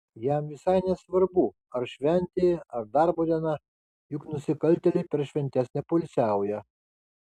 jam visai nesvarbu ar šventė ar darbo diena juk nusikaltėliai per šventes nepoilsiauja